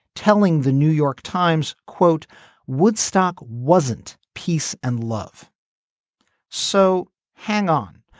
telling the new york times quote woodstock wasn't peace and love so hang on.